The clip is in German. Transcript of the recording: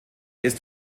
ist